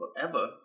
forever